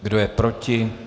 Kdo je proti?